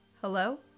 hello